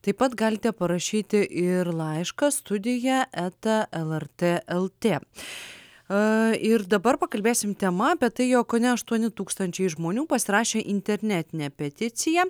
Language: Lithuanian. taip pat galite parašyti ir laišką studija eta lrt lt ir dabar pakalbėsime tema apie tai jog kone aštuoni tūkstančiai žmonių pasirašė internetinę peticiją